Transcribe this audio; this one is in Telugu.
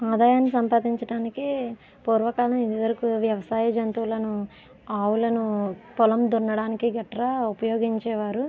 ఆదాయాన్ని సంపాదించడానికి పూర్వకాలం ఇదివరకు వ్యవసాయ జంతువులను ఆవులను పొలం దున్నడానికి గట్ర ఉపయోగించేవారు